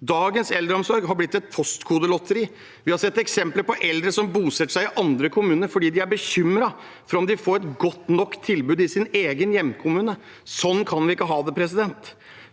Dagens eldreomsorg har blitt et postkodelotteri. Vi har sett eksempler på eldre som bosetter seg i andre kommuner fordi de er bekymret for om de får et godt nok tilbud i sin egen hjemkommune. Sånn kan vi ikke ha det.